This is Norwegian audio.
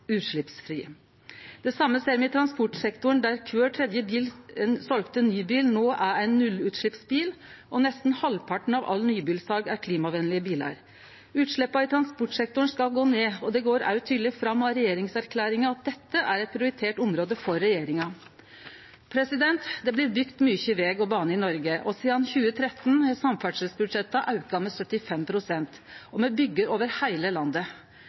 utsleppsfri. Det same ser me i transportsektoren, der kvar tredje selde nybil no er ein nullutsleppsbil og nesten halvparten av alle nybilsal er av klimavenlege bilar. Utsleppa frå transportsektoren skal gå ned, og det går òg tydeleg fram av regjeringserklæringa at dette er eit prioritert område for regjeringa. Det blir bygd mykje veg og bane i Noreg. Sidan 2013 har samferdselsbudsjettet auka med 75 pst., og me byggjer over heile landet.